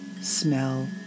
smell